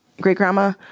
Great-grandma